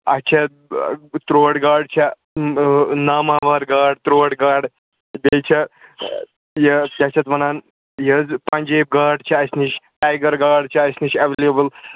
اَسہِ چھےٚ ترٛوٹ گاڈٕ چھےٚ ہُہ ناماوار گاڈ ترٛوٹ گاڈٕ بیٚیہِ چھےٚ یہِ کیٛاہ چھِ اَتھ وَنان یہِ حظ پَنجیب گاڈ چھےٚ اَسہِ نِش ٹایگَر گاڈ چھےٚ اَسہِ نِش اٮ۪ولیبٕل